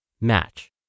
match